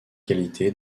qualité